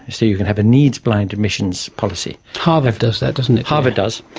so you can have a needs blind admission so policy. harvard does that, doesn't it. harvard does.